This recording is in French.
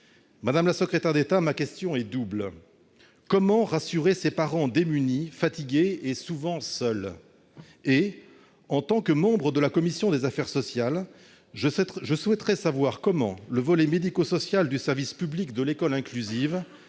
Madame la secrétaire d'État, comment rassurer des parents démunis, fatigués et souvent seuls ? En tant que membre de la commission des affaires sociales, je souhaiterais également savoir comment le volet médico-social du service public de l'école inclusive